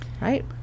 right